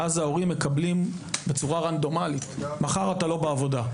ואז ההורים מקבלים בצורה רנדומלית 'מחר אתה לא בעבודה,